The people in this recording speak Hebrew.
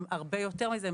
הם הרבה יותר מזה,